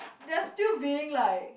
they're still being like